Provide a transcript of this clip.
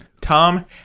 Tom